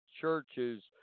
churches